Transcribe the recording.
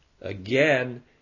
again